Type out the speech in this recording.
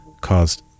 caused